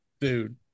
Dude